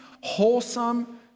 wholesome